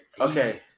okay